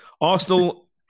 Arsenal